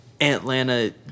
Atlanta